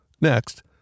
Next